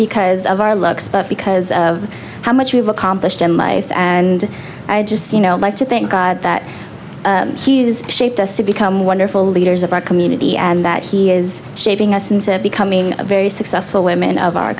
because of our looks but because of how much we have accomplished in life and i just you know like to thank god that he's shaped us to become wonderful leaders of our community and that he is shaping us and becoming a very successful women of our